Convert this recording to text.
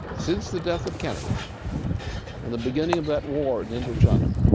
since the death of kennedy and the beginning of that war in indochina,